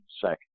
second